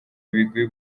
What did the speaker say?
ibigwi